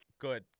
Good